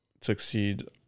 succeed